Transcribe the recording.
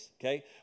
okay